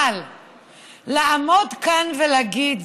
אבל לעמוד כאן ולהגיד